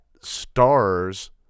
stars